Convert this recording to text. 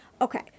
Okay